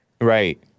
Right